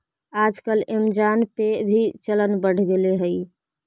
आजकल ऐमज़ान पे के भी चलन बढ़ गेले हइ